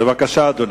בבקשה, אדוני.